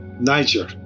Niger